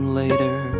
later